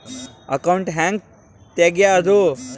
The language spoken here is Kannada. ಅಕೌಂಟ್ ಹ್ಯಾಂಗ ತೆಗ್ಯಾದು?